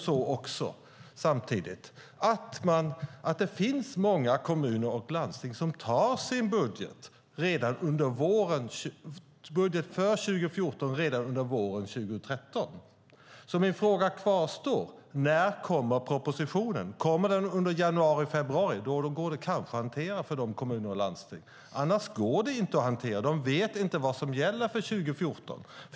Samtidigt finns det många kommuner och landsting som antar sin budget för 2014 redan under våren 2013. Därför kvarstår min fråga: När kommer propositionen? Kommer den under januari eller februari går det kanske att hantera för kommuner och landsting. Annars går det inte att hantera. De vet inte vad som gäller för 2014.